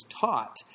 taught